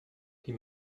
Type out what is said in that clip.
die